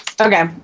Okay